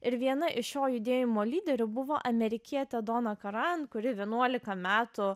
ir viena iš šio judėjimo lyderių buvo amerikietė dona karan kuri vienuolika metų